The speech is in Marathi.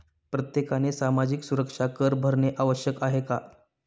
प्रत्येकाने सामाजिक सुरक्षा कर भरणे आवश्यक आहे का?